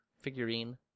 figurine